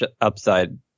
upside